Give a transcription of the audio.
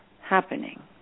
happening